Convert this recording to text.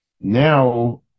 Now